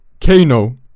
Kano